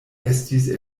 estis